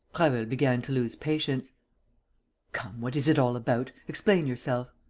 prasville began to lose patience come, what is it all about? explain yourself.